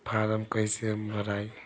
Form कईसे भराई?